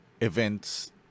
events